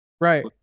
right